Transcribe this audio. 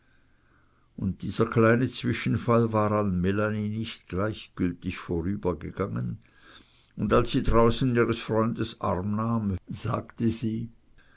france dieser kleine zwischenfall war an melanie nicht gleichgültig vorübergegangen und als sie draußen ihres freundes arm nahm sagte sie